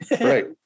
right